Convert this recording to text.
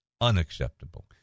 unacceptable